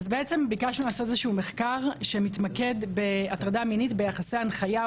אז ביקשנו לעשות מחקר שמתמקד בהטרדה מינית ביחסי הנחיה,